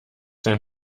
dein